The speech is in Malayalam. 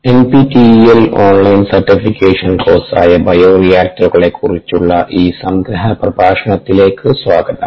എൻപിടിഇൽ ഓൺലൈൻ സർട്ടിഫിക്കേഷൻ കോഴ്സായ ബയോറിയാക്ടറുകളെക്കുറിച്ചുള്ള ഈ സംഗ്രഹ പ്രഭാഷണത്തിലേക്ക് സ്വാഗതം